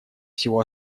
всего